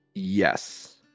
Yes